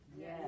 Yes